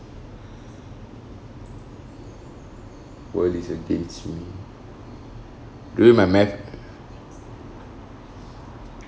world is against me during my math